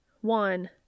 One